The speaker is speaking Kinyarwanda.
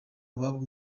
ababo